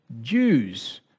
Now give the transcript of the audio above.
Jews